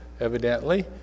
evidently